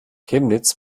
chemnitz